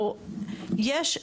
יש,